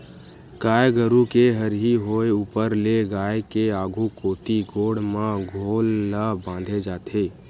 गाय गरु के हरही होय ऊपर ले गाय के आघु कोती गोड़ म खोल ल बांधे जाथे